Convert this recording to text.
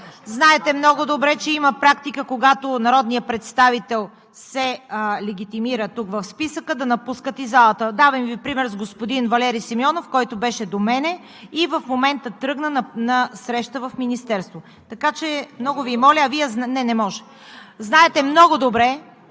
Знаете много добре, че има практика, когато народният представител се легитимира тук – в списъка, да напуска и залата. Давам Ви пример с господин Валери Симеонов, който беше до мен и в момента тръгна на среща в министерство. Така че, много Ви моля... (Реплики на народния